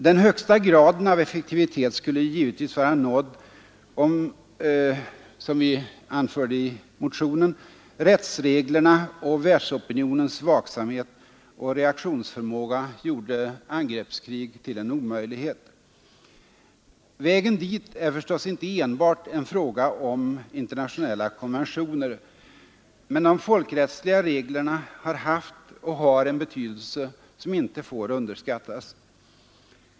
Den högsta graden av effektivitet skulle givetvis vara nådd, om — som vi anförde i motionen — rättsreglerna och världsopinionens vaksamhet och reaktionsförmåga gjorde angreppskrig till en omöjlighet. Vägen dit är förstås inte enbart en fråga om internationella konventioner, men de folkrättsliga reglerna har haft och har en betydelse som inte får underskattas.